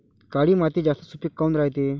काळी माती जास्त सुपीक काऊन रायते?